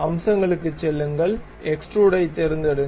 அம்சங்களுக்குச் செல்லுங்கள் எக்ஸ்டுரூடு ஐ தேர்ந்தெடுங்கள்